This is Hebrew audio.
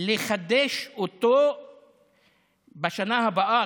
לחדש אותו בשנה הבאה.